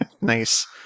Nice